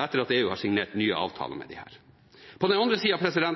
etter at EU har signert nye avtaler med disse. På den andre sida